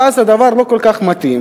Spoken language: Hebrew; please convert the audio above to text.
ואז הדבר לא כל כך מתאים,